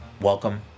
Welcome